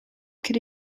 could